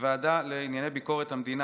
בוועדה לענייני ביקורת המדינה,